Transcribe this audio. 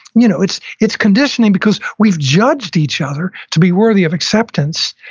you know it's it's conditioning because we've judged each other to be worthy of acceptance,